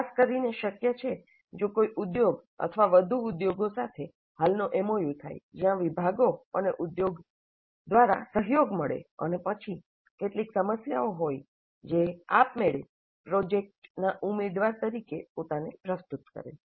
આ ખાસ કરીને શક્ય છે જો કોઈ ઉદ્યોગ અથવા વધુ ઉદ્યોગો સાથે હાલનો એમઓયુ થાય જ્યાં વિભાગો અને ઉદ્યોગ દ્વારા સહયોગ મળે અને પછી કેટલીક સમસ્યાઓ હોય જે આપ મેળે પ્રોજેક્ટ્સના ઉમેદવાર તરીકે પોતાને પ્રસ્તુત કરે